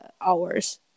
hours